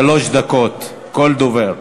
שלוש דקות לכל דובר.